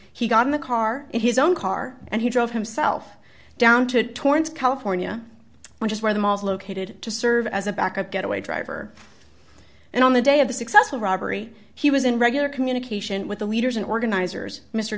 he got in the car in his own car and he drove himself down to torrance california which is where the malls located to serve as a back up getaway driver and on the day of the successful robbery he was in regular communication with the leaders and organizers m